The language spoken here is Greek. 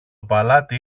παλάτι